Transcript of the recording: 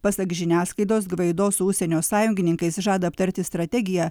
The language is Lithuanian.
pasak žiniasklaidos gvaido su užsienio sąjungininkais žada aptarti strategiją